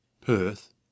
Perth